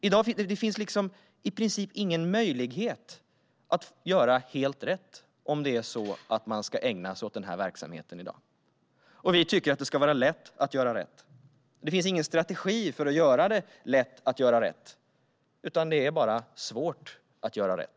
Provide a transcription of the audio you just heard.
I dag finns i princip ingen möjlighet att göra helt rätt om man ska ägna sig åt denna verksamhet. Vi tycker att det ska vara lätt att göra rätt. Det finns ingen strategi för att göra det lätt att göra rätt, utan det är bara svårt att göra rätt.